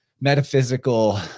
metaphysical